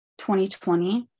2020